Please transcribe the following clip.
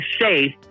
safe